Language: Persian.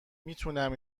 میتونم